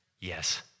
Yes